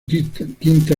quinta